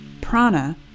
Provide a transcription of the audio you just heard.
Prana